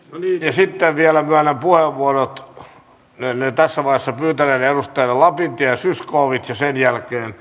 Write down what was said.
sitten vielä myönnän puheenvuorot niitä tässä vaiheessa pyytäneille edustajille lapintie ja zyskowicz ja sen jälkeen